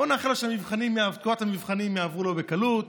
בואו נאחל לו שתקופות המבחנים תעבור לו בקלות,